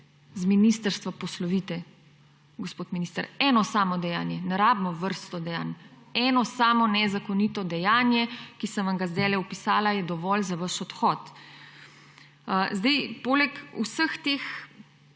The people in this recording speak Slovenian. z ministrstva poslovite, gospod minister. Eno samo dejanje, ne rabimo vrste dejanj. Eno samo nezakonito dejanje, ki sem vam ga zdajle opisala, je dovolj za vaš odhod. Poleg vseh teh